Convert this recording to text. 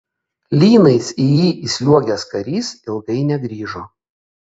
lynais į jį įsliuogęs karys ilgai negrįžo